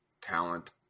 talent